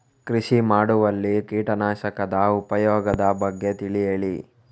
ಕೃಷಿ ಮಾಡುವಲ್ಲಿ ಕೀಟನಾಶಕದ ಉಪಯೋಗದ ಬಗ್ಗೆ ತಿಳಿ ಹೇಳಿ